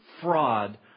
fraud